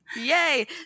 Yay